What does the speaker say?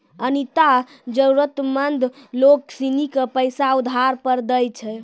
अनीता जरूरतमंद लोग सिनी के पैसा उधार पर दैय छै